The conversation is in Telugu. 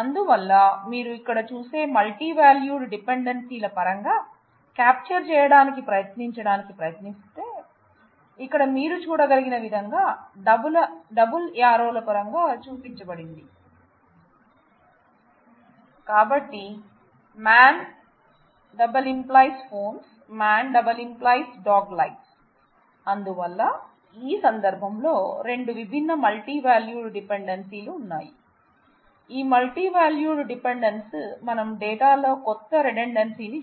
అందువల్ల మీరు ఇక్కడ చూసే మల్టీవాల్యూడ్ డిపెండెన్సీల ను